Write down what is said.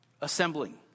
assembling